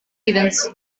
events